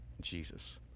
Jesus